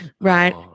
Right